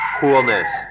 coolness